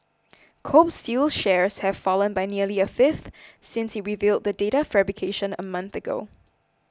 Kobe Steel's shares have fallen by nearly a fifth since it revealed the data fabrication a month ago